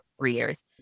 careers